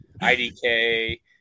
IDK